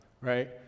right